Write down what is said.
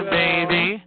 baby